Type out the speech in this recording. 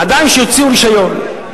עדיין שיוציאו רשיון.